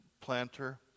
planter